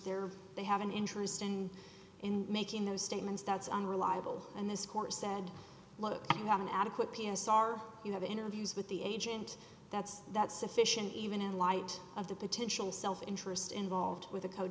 there they have an interest and in making those statements that's unreliable and this court said look i have an adequate p s r you have interviews with the agent that's that's sufficient even in light of the potential self interest involved with a code